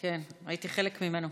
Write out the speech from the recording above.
כן, הייתי חלק ממנו.